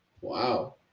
Wow